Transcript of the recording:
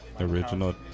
Original